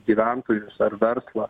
gyventojus ar verslą